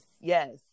yes